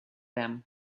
them